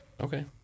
Okay